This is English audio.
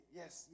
yes